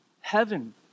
heaven